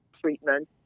treatment